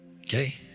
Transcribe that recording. Okay